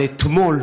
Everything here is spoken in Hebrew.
אבל אתמול